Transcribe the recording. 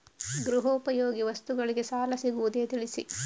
ಗೃಹ ಉಪಯೋಗಿ ವಸ್ತುಗಳಿಗೆ ಸಾಲ ಸಿಗುವುದೇ ತಿಳಿಸಿ?